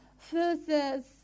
verses